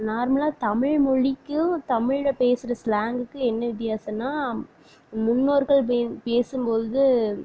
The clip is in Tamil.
நார்மலாக தமிழ் மொழிக்கும் தமிழில் பேசுகிற ஸ்லாங்குக்கும் என்ன வித்தியாசன்னா முன்னோர்கள் பே பேசும்பொழுது